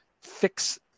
fix